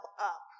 up